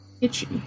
Itchy